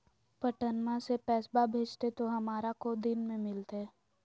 पटनमा से पैसबा भेजते तो हमारा को दिन मे मिलते?